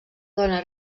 dona